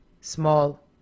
small